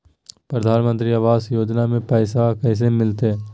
प्रधानमंत्री आवास योजना में पैसबा कैसे मिलते?